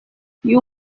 you